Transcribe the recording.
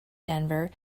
denver